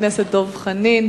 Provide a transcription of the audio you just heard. הצעה אחרת לחבר הכנסת דב חנין,